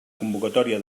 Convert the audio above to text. convocatòria